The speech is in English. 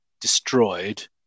destroyed